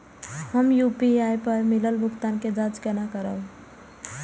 हम यू.पी.आई पर मिलल भुगतान के जाँच केना करब?